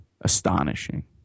astonishing